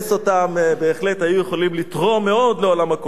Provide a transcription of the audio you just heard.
בהחלט היו יכולים לתרום מאוד לעולם הקולנוע,